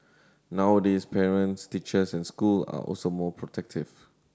nowadays parents teachers and school are also more protective